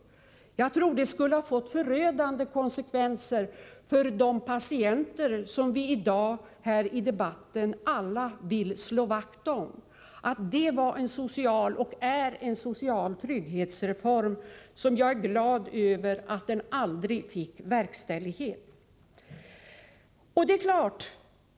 Jag tror att detta beslut skulle ha fått förödande konsekvenser för de patienter som vi i dag här i debatten alla vill slå vakt om. Upprivandet av detta beslut innebar en social trygghetsreform, och jag är glad över att detta beslut aldrig verkställdes.